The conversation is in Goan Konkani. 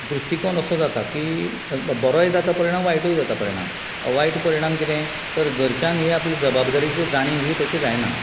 दृश्टीकोण असो जाता की बरोय जाता परिणाम वायटूय जाता परिणाम वायट परिणाम कितें तर घरच्यांक हे आपले जवाबदारिचे जाणीव ही कशी जायना